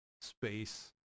space